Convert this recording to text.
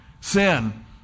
sin